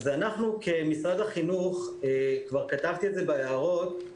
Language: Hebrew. אנחנו כמשרד החינוך, כתבתי את זה בהערות,